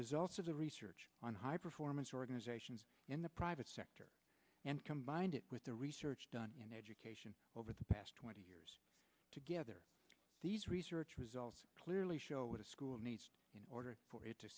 results of the research on high performance organizations in the private sector and combined it with the research done in education over the past twenty years together these research results clearly show what a school needs in order for